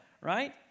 right